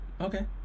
Okay